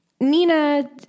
Nina